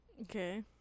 Okay